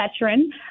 veteran